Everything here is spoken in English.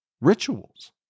rituals